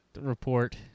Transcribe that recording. report